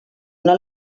una